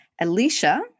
Alicia